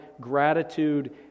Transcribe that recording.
gratitude